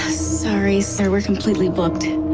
sorry, sir, we're completely booked.